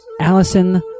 Allison